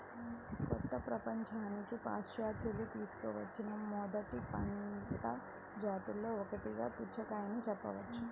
కొత్త ప్రపంచానికి పాశ్చాత్యులు తీసుకువచ్చిన మొదటి పంట జాతులలో ఒకటిగా పుచ్చకాయను చెప్పవచ్చు